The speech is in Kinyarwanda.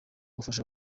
gufasha